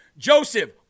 Joseph